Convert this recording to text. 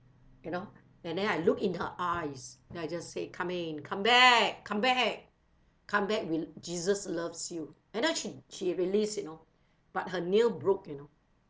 you know and then I look in her eyes then I just say come in come back come back come back we jesus loves you and then she she release you know but her nail broke you know